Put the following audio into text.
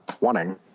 wanting